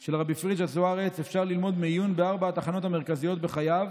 של רבי פריג'א זוארץ אפשר ללמוד מעיון בארבע התחנות המרכזיות בחייו,